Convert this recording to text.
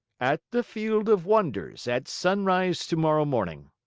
at the field of wonders, at sunrise tomorrow morning.